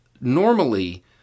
normally